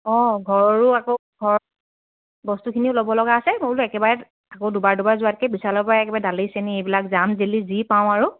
অঁ ঘৰৰো আকৌ ঘৰ বস্তুখিনিও ল'ব লগা আছে মই বোলো একেবাৰে আকৌ দুবাৰ দুবাৰ যোৱাতকৈ বিশালৰ পৰা একেবাৰে দালি চেনি এইবিলাক জাম জেলি যি পাওঁ আৰু